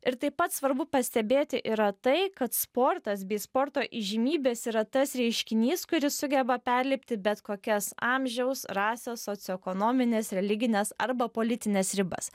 ir taip pat svarbu pastebėti yra tai kad sportas bei sporto įžymybės yra tas reiškinys kuris sugeba perlipti bet kokias amžiaus rasės socioekonomines religines arba politines ribas